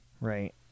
Right